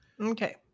okay